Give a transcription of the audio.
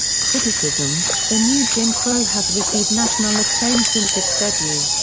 criticism the new jim crow has received national acclaim since its debut.